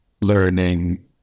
learning